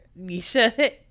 nisha